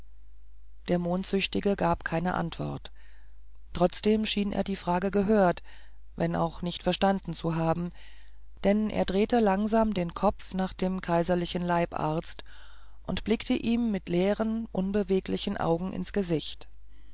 der mondsüchtige gab keine antwort trotzdem schien er die frage gehört wenn auch nicht verstanden zu haben denn er drehte langsam den kopf nach dem kaiserlichen leibarzt und blickte ihm mit leeren unbeweglichen augen ins gesicht